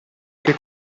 che